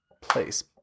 place